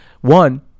one